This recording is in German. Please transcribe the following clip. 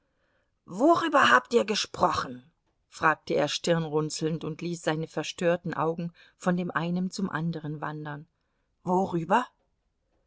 worüber habt ihr gesprochen fragte er stirnrunzelnd und ließ seine verstörten augen von dem einen zum anderen wandern worüber